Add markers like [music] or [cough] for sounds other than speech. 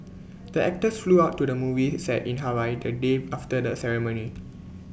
[noise] the actors flew out to the movie set in Hawaii the day after the ceremony